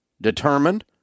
determined